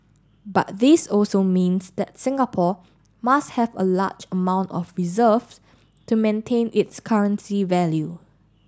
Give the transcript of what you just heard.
but this also means that Singapore must have a large amount of reserves to maintain its currency value